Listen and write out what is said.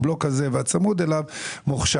הבלוק הזה והצמוד אליו מוחשך.